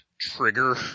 trigger